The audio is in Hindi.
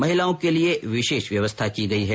महिलाओं के लिए विशेष व्यवस्था की गई है